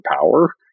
power